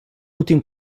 últim